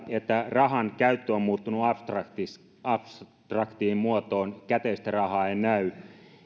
että rahankäyttö on muuttunut abstraktiin muotoon käteistä rahaa ei näy